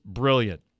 brilliant